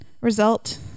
Result